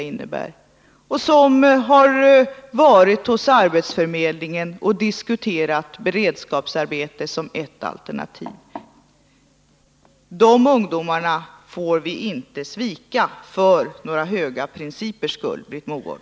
De har kanske också varit hos arbetsförmedlingen och diskuterat beredskapsarbete som ett alternativ. De ungdomarna får vi inte svika för några höga principers skull, Britt Mogård.